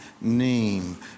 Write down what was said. name